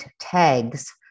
tags